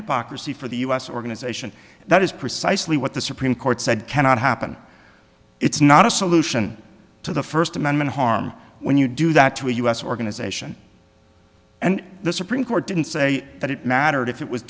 hypocrisy for the u s organization that is precisely what the supreme court said cannot happen it's not a solution to the first amendment harm when you do that to a us organization and the supreme court didn't say that it mattered if it was